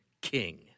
king